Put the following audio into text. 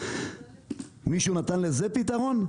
מישהו נתן לזה פתרון?